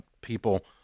people –